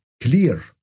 clear